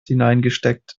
hineingesteckt